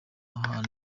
hantu